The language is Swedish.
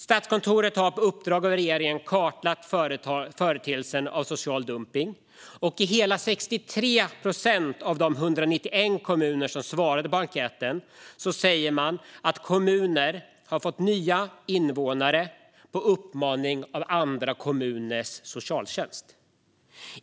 Statskontoret har på uppdrag av regeringen kartlagt förekomsten av social dumpning, och i hela 63 procent av de 191 kommuner som har svarat på enkäten säger man att kommunen har fått nya invånare på uppmaning av andra kommuners socialtjänst.